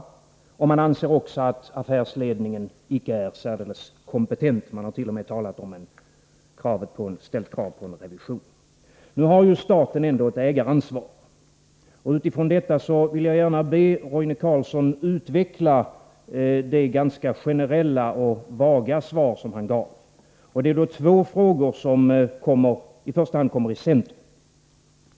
Beklädnadsarbetareförbundet anser också att affärsledningen icke är särdeles kompetent — man har t.o.m. ställt krav på en revision. Nu har staten ändå ett ägaransvar, och med tanke på detta vill jag gärna be Roine Carlsson att utveckla det ganska generella och vaga svar som han gav. Det är två frågor som i första hand står i centrum.